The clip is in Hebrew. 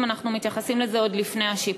אם אנחנו מתייחסים לזה עוד לפני השיפוץ.